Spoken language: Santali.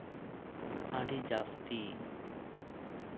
ᱟᱹᱰᱤ ᱡᱟᱹᱥᱛᱤ